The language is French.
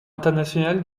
international